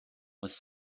was